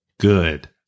Good